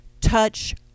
Touch